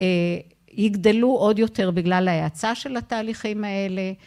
‫יגדלו עוד יותר בגלל ההאצה ‫של התהליכים האלה...